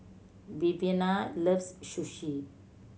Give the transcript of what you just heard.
Viviana loves Sushi